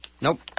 nope